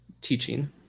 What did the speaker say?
teaching